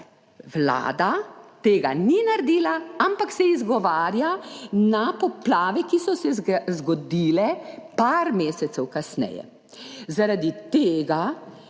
Vlada tega ni naredila, ampak se izgovarja na poplave, ki so se zgodile par mesecev kasneje. Zaradi tega